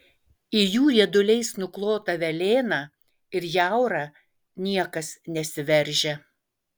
į jų rieduliais nuklotą velėną ir jaurą niekas nesiveržia